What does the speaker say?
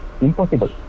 impossible